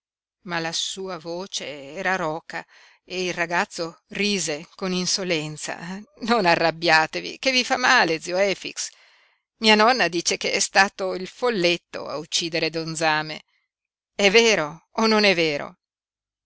ma la sua voce era roca e il ragazzo rise con insolenza non arrabbiatevi che vi fa male zio efix mia nonna dice che è stato il folletto a uccidere don zame è vero o non è vero